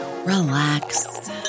Relax